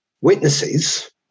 witnesses